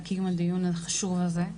על קיום הדיון החשוב הזה.